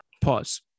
Pause